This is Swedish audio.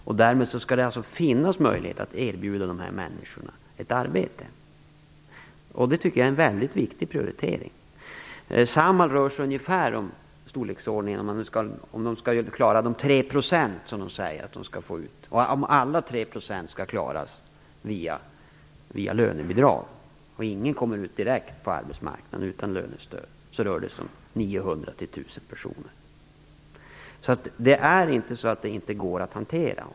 Därmed skall det alltså finnas möjlighet att erbjuda de här människorna ett arbete. Det är en väldigt viktig prioritering. Om man via lönebidrag skall klara de 3 % som Samhall säger att man skall få ut, och ingen kommer ut direkt på arbetsmarknaden utan lönestöd, rör det sig om 900-1 000 personer. Det är alltså inte så att det inte går att hantera.